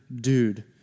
dude